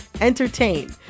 entertain